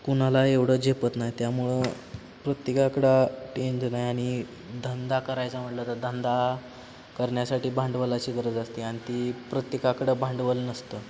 कुणाला एवढं झेपत नाही त्यामुळं प्रत्येकाकडं टेंज नाही आणि धंदा करायचा म्हटलं तर धंदा करण्यासाठी भांडवलाची गरज असते आणि ती प्रत्येकाकडं भांडवल नसतं